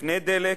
לפני דלק,